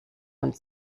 und